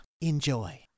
Enjoy